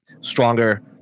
stronger